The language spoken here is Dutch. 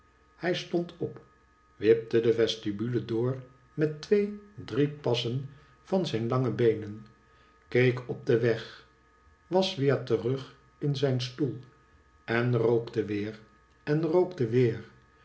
hij stond op wipte de vestibule door met twee drie passen van zijn lange beenen keek op den weg was weer terug in zijn stoel en rookte weer en rookte weer